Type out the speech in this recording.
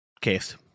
case